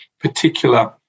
particular